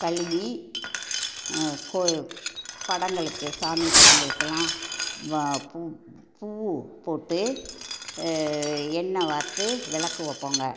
கழுவி படங்களுக்கு சாமி படங்களுக்கு எல்லாம் பூ பூ போட்டு எண்ணெ வார்த்து விளக்கு வைப்போங்க